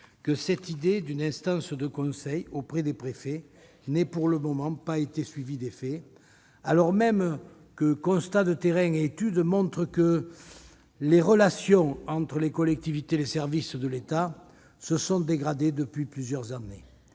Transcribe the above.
que cette idée d'une instance de conseil auprès du préfet n'ait, pour le moment, pas été suivie d'effet, alors même que constats de terrain et études montrent que les relations entre collectivités et services de l'État se sont dégradées depuis plusieurs années.